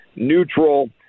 neutral